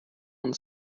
uns